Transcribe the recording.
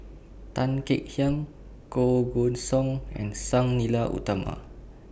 Tan Kek Hiang Koh Guan Song and Sang Nila Utama